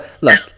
look